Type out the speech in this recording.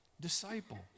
disciple